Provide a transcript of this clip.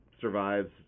survives